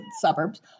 suburbs